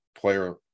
player